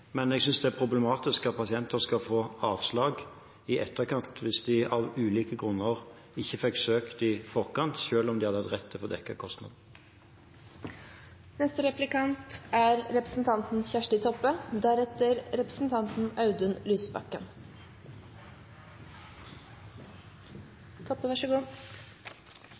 Men jeg synes det er problematisk at pasienter skal få avslag i etterkant hvis de av ulike grunner ikke fikk søkt i forkant, selv om de hadde hatt rett til å få dekket kostnadene. Statsråden viste i innlegget sitt til at saka hadde vore ute på høyring. Så er